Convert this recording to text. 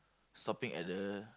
stopping at the